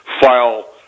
file